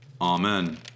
Amen